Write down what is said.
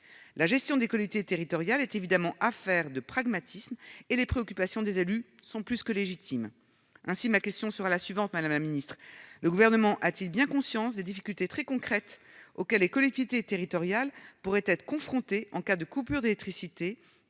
La gestion des collectivités territoriales est évidemment affaire de pragmatisme et les préoccupations des élus sont plus que légitimes. Ainsi, madame la secrétaire d'État, ma question sera la suivante : le Gouvernement a-t-il bien conscience des difficultés très concrètes auxquelles les collectivités territoriales pourraient être confrontées en cas de coupures d'électricité